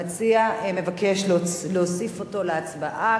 המציע, מבקש להוסיף אותו להצבעה.